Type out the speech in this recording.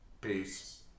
Peace